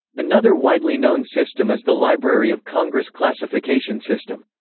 another widely known system is the library of congress classification system.